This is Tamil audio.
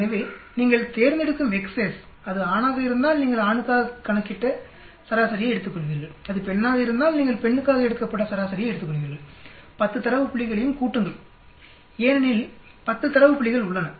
எனவே நீங்கள் தேர்ந்தெடுக்கும் Xs அது ஆணாக இருந்தால் நீங்கள் ஆணுக்காக கணக்கிட்ட சராசரியை எடுத்துக்கொள்வீர்கள் அது பெண்ணாக இருந்தால் நீங்கள் பெண்ணுக்காக எடுக்கப்பட்ட சராசரியை எடுத்துக்கொள்வீர்கள் 10 தரவு புள்ளிகளையும் கூட்டுங்கள் ஏனெனில் 10 தரவு புள்ளிகள் உள்ளன